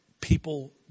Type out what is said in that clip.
people